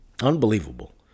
Unbelievable